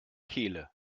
kehle